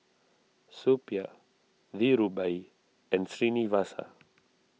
Suppiah Dhirubhai and Srinivasa